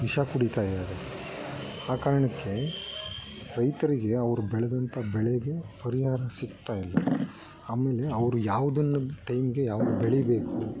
ವಿಷ ಕುಡಿತಾ ಇದ್ದಾರೆ ಆ ಕಾರಣಕ್ಕೆ ರೈತರಿಗೆ ಅವ್ರು ಬೆಳೆದಂಥ ಬೆಳೆಗೆ ಪರಿಹಾರ ಸಿಗ್ತಾಯಿಲ್ಲ ಆಮೇಲೆ ಅವರು ಯಾವುದನ್ನು ಟೈಮ್ಗೆ ಯಾವ್ದು ಬೆಳೀಬೇಕು